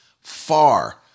far